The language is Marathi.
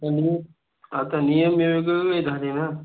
नियम आता नियम वेगळे झाले ना